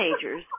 teenagers